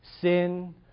sin